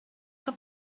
que